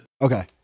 Okay